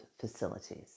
facilities